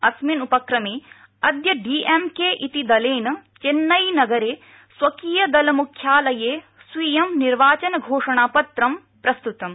अस्मिन् उपक्रमे अद्य डीएमके इति दलेन चेन्नईनगरे स्वकीयदलमुख्यालये स्वीयं निर्वाचनघोषणापत्र प्रस्तुतम्